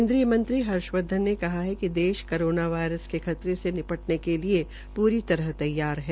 केन्द्रीय मंत्री हर्षवर्धन ने कहा कि देश करोना वायरस के खतरे से निपटने के लिए पूरी तरह से तैयार है